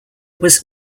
was